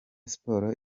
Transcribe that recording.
sports